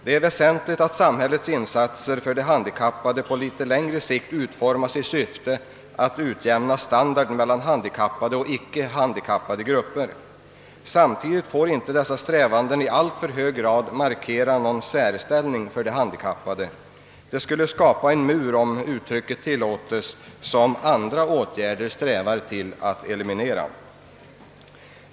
Det är väsentligt att samhällets insatser för de handikappade på litet längre sikt utformas i syfte att utjämna standarden mellan handikappade och icke handikappade grupper. Samtidigt får inte dessa strävanden i alltför hög grad markera någon särställning för de handikappade. Det skulle skapa en mur, om uttrycket tillåts, som andra åtgärder strävar till att eliminera.